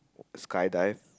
skydive